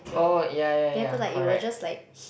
oh ya ya ya correct